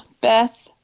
Beth